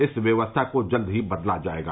इस व्यवस्था को जल्द ही बदला जायेगा